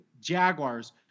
Jaguars